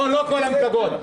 לא כל המפלגות,